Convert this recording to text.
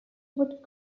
would